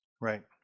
Right